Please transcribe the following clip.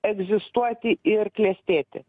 egzistuoti ir klestėti